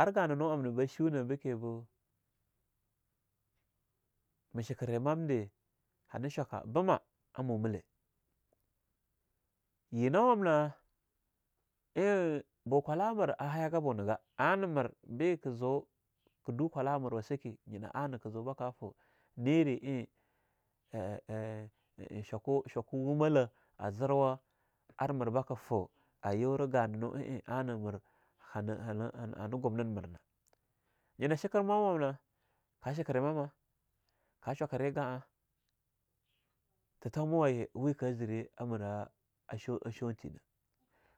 ar gananu amna ba shunah be kim boo ma shikire mam deh hana shwaka bimah a mo mele. Yino wamna eing bo kwallah amir ahayaga bunagah anah mir be kah zu kah du kwala amirwa sakeh nyina anah kah zu bakah fah niri eing eh..e-e shwaku shwaku wumala a zirwa ar mir bakah fah a yura gananu a eing annah mir hana hana gumnin mirna. Nyina shikir mam wamna ka shikiri mama ka shwakere ga'a titomawaye we ka zire a mirah a shoo a shownthe nah.